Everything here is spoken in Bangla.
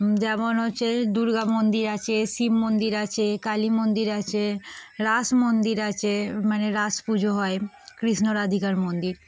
যেমন হচ্ছে দুর্গা মন্দির আছে শিব মন্দির আছে কালী মন্দির আছে রাস মন্দির আছে মানে রাস পুজো হয় কৃষ্ণ রাধিকার মন্দির